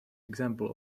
example